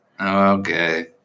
Okay